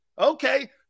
Okay